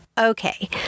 Okay